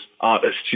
artists